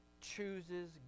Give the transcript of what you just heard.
chooses